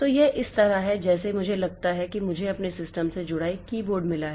तो यह इस तरह है जैसे मुझे लगता है कि मुझे अपने सिस्टम से जुड़ा एक कीबोर्ड मिला है